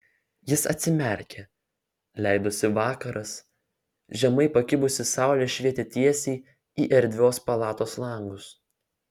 jis atsimerkė leidosi vakaras žemai pakibusi saulė švietė tiesiai į erdvios palatos langus